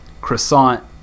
croissant